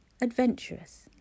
Adventurous